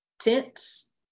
tense